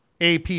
AP